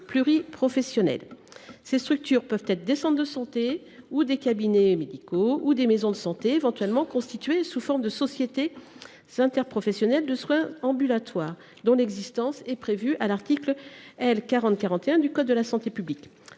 Ces structures peuvent être des centres de santé, des cabinets médicaux ou des maisons de santé éventuellement constituées sous forme de sociétés interprofessionnelles de soins ambulatoires (Sisa), dont l’existence est prévue à l’article L. 4041 1 du code de la santé publique.